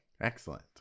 Excellent